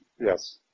Yes